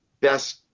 best